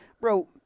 Bro